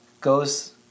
goes